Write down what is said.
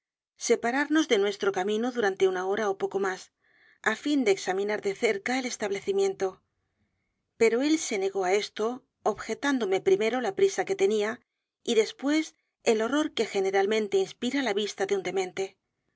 separarnos de nuestro camino durante una hora ó poco más á fin de examinar de cerca el establecimiento pero él se negó á esto objetándome primero la prisa que tenía y después el horror que generalmente inspira la vista de un demente